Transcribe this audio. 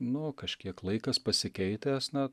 nu kažkiek laikas pasikeitęs na